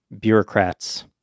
bureaucrats